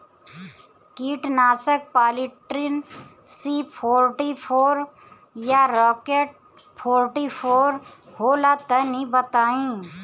कीटनाशक Polytrin C forty four या Rocket forty four होला तनि बताई?